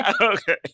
Okay